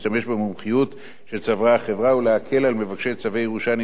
שצברה החברה ולהקל על מבקשי צווי ירושה הנתקלים מטבע הדברים